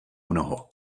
mnoho